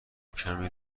کمی